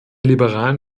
liberalen